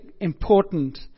important